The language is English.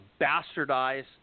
bastardized